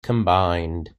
combined